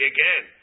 Again